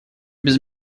без